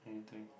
anything